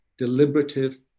deliberative